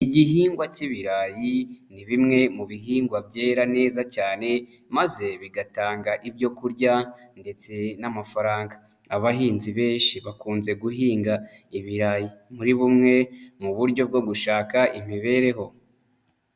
Igihingwa k'ibirayi ni bimwe mu bihingwa byera neza cyane maze bigatanga ibyo kurya ndetse n'amafaranga, abahinzi benshi bakunze guhinga ibirayi muri bumwe mu buryo bwo gushaka imibereho.